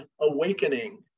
awakening